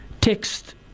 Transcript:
text